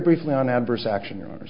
briefly on adverse action or